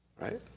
right